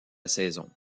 saison